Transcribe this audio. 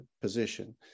position